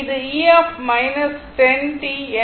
அது